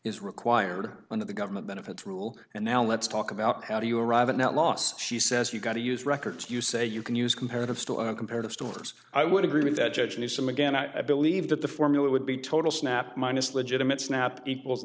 is required under the government benefits rule and now let's talk about how do you arrive at last she says you've got to use records you say you can use comparative still in comparative stores i would agree with that judge newsome again i believe that the formula would be total snap minus legitimate snap equals